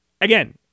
Again